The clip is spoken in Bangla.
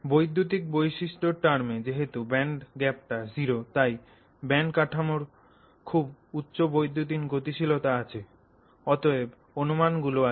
বৈদ্যুতিক বৈশিষ্ট এর টার্মে যেহেতু ব্যান্ডগ্যাপটা জিরো তাই ব্যান্ড কাঠামোটার খুব উচ্চ বৈদ্যুতিন গতিশীলতা আছে অতএব অনুমান গুলো আছে